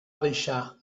deixar